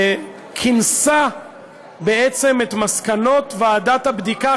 שכינסה בעצם את מסקנות ועדת הבדיקה,